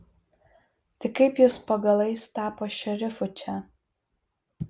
tai kaip jis po galais tapo šerifu čia